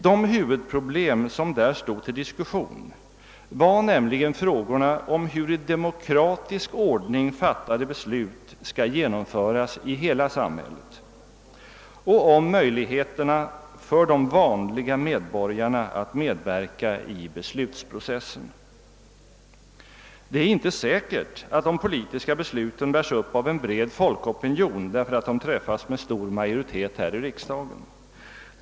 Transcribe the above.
De huvudproblem som då diskuterades var frågorna om hur i demokratisk ordning fattade beslut skall genomföras i hela samhället och möjligheterna för de vanliga medborgarna att medverka i beslutsprocessen. Det är inte säkert att de politiska besluten bärs upp av en bred folkopinion därför att de träffas med stor majoritet här i riksdagen.